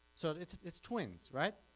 so it's twins right,